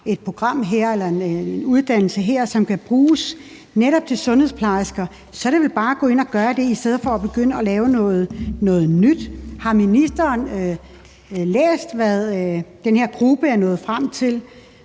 et program eller en uddannelse her, som kan bruges netop til sundhedsplejersker. Så er det vel bare at gå ind at gøre det i stedet for at begynde at lave noget nyt. Har ministeren læst, hvad den her gruppe er nået frem til